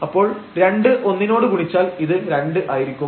അപ്പോൾ 2 1 നോട് ഗുണിച്ചാൽ ഇത് 2 ആയിരിക്കും